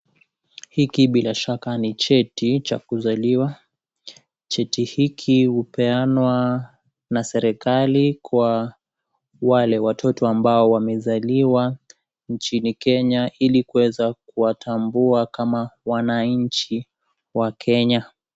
Hiki bila shaka ni cheti cha kuzaliwa. Cheti hiki hupeanwa na serikali kwa wale watoto ambao wamezaliwa nchini Kenya ili kuweza kuwatambua kama wananchi wa Kenya.